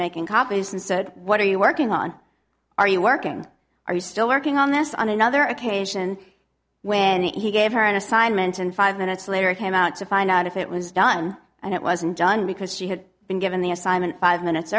making copies and said what are you working on are you working are you still working on this on another occasion when he gave her an assignment and five minutes later came out to find out if it was done and it wasn't done because she had been given the assignment five minutes